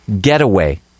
Getaway